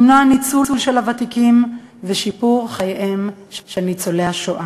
למנוע ניצול של הוותיקים ולשיפור חייהם של ניצולי השואה.